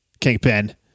Kingpin